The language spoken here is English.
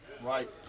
Right